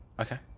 Okay